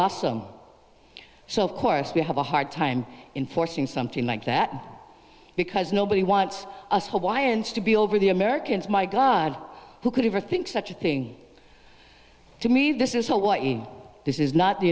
awesome so of course we have a hard time in forcing something like that because nobody wants us hawaiians to be over the americans my god who could ever think such a thing to me this is a what this is not the